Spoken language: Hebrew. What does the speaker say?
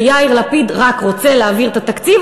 ויאיר לפיד רק רוצה להעביר את התקציב,